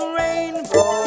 rainbow